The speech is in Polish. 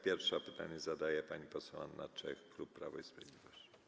Pierwsza pytanie zada pani poseł Anna Czech, klub Prawo i Sprawiedliwość.